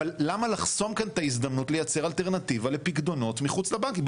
אבל למה לחסום כאן את ההזדמנות לייצר אלטרנטיבה לפיקדונות מחוץ לבנקים?